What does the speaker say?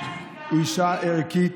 אישה ערכית.